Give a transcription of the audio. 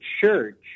church